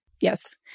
Yes